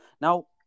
Now